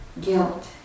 Guilt